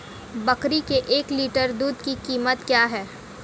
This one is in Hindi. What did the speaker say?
बकरी के एक लीटर दूध की कीमत क्या है?